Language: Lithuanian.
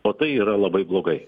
o tai yra labai blogai